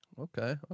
Okay